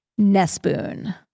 Nespoon